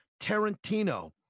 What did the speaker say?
Tarantino